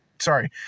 sorry